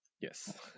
Yes